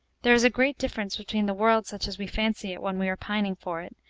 there is a great difference between the world such as we fancy it when we are pining for it,